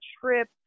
trip